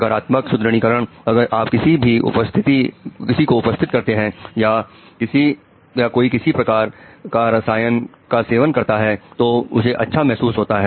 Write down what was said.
सकारात्मक सुदृढ़ीकरण अगर आप किसी को उपस्थित कराते हैं या कोई किसी प्रकार का रसायन का सेवन करता है तो उसे अच्छा महसूस होता है